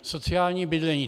Sociální bydlení.